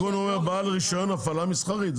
התיקון אומר בעל רישיון, הפעלה מסחרית.